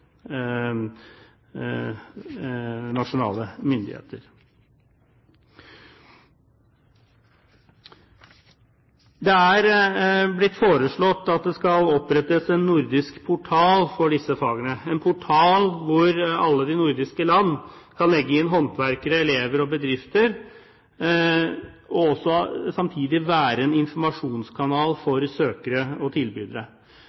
nasjonale myndigheter. Det er blitt foreslått at det skal opprettes en nordisk portal for disse fagene, en portal hvor alle de nordiske land kan legge inn håndverkere, elever og bedrifter, og samtidig være en informasjonskanal for søkere og tilbydere.